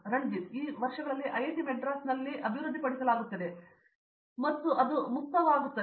ರಣಜಿತ್ ಈ ವರ್ಷಗಳಲ್ಲಿ ಐಐಟಿ ಮದ್ರಾಸ್ನಲ್ಲಿ ಅಭಿವೃದ್ಧಿಪಡಿಸಲಾಗುತ್ತಿದೆ ಮತ್ತು ಅದು ಮುಕ್ತಾಯವಾಗುತ್ತದೆ